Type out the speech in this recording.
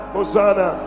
Hosanna